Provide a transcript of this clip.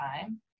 time